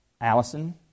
Allison